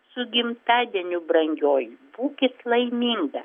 su gimtadieniu brangioji būkit laiminga